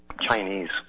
Chinese